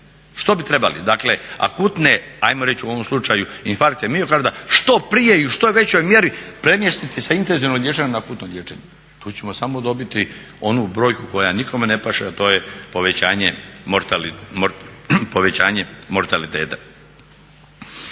što bi trebali? Dakle akutne ajmo reći u ovom slučaju infarkte miokarda što prije i u što je većoj mjeri premjestiti sa intenzivnog liječenja na akutno liječenje. Tu ćemo samo dobiti onu brojku koja nikome ne paše, a to je povećanje mortaliteta.